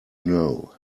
know